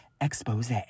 expose